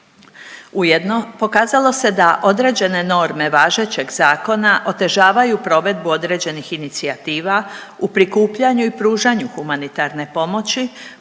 Ujedno pokazalo se da određene norme važećeg zakona otežavaju provedbu određenih inicijativa u prikupljanju i pružanju humanitarne pomoći